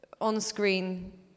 on-screen